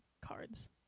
cards